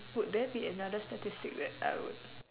would there be another statistic that I would